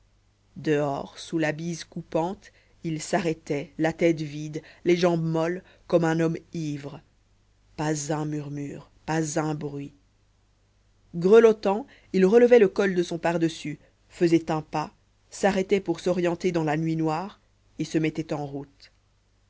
dehors sous la bise coupante il s'arrêtait la tête vide les jambes molles comme un homme ivre pas un murmure pas un bruit grelottant il relevait le col de son pardessus faisait un pas s'arrêtait pour s'orienter dans la nuit noire et se mettait en route